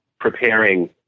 preparing